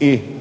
i naravno